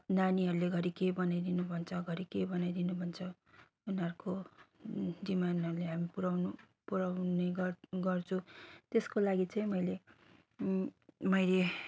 नानीहरूले घरि के बनाइदिनु भन्छ घरि के बनाइदिनु भन्छ उनीहरूको डिमान्डहरूले हामी पुऱ्याउनु पुन्याउने गर्छु त्यसको लागि चाहिँ मैले